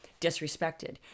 disrespected